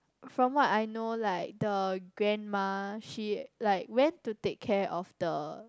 from what I know like the grandma she like went to take care of the